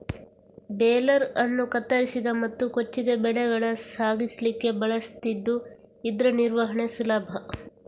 baler ಅನ್ನು ಕತ್ತರಿಸಿದ ಮತ್ತು ಕೊಚ್ಚಿದ ಬೆಳೆಗಳ ಸಾಗಿಸ್ಲಿಕ್ಕೆ ಬಳಸ್ತಿದ್ದು ಇದ್ರ ನಿರ್ವಹಣೆ ಸುಲಭ